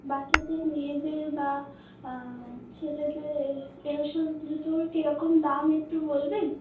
বাচ্চাদের মেয়েদের বা ছেলেদের এই এই সব জুতোর কিরকম দাম এক্টু বলবেন